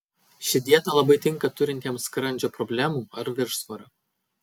ši dieta labai tinka turintiems skrandžio problemų ar viršsvorio